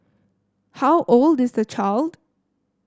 how old is the child